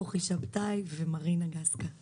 כוחי שבתאי ומרינה גסקה זר.